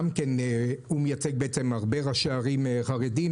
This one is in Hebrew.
הוא מייצג הרבה ראשי ערים חרדים,